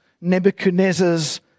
Nebuchadnezzar's